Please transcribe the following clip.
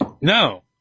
No